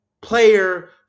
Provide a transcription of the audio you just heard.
player